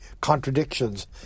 contradictions